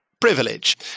privilege